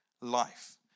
life